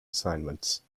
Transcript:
assignments